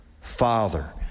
father